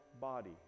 body